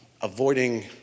avoiding